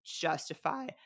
justify